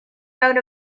bout